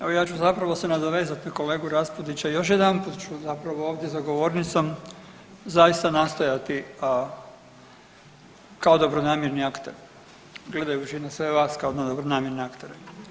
Evo ja ću zapravo se nadovezati na kolegu Raspudića i još jedanput ću ovdje za govornicom zaista nastojati kao dobronamjerni akter, gledajući na sve vas kao na dobronamjerne aktere.